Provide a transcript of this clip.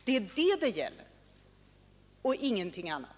Det är det saken gäller och ingenting annat.